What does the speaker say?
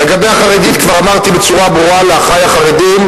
לגבי החרדית כבר אמרתי בצורה ברורה לאחי החרדים,